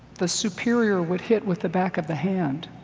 the superior would hit with the back of the hand.